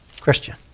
Christian